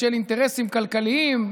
בשל אינטרסים כלכליים,